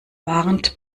warnt